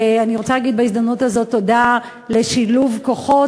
אני רוצה להגיד בהזדמנות הזאת תודה על שילוב כוחות